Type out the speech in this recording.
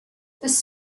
this